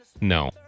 No